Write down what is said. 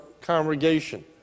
congregation